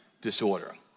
disorder